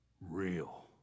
real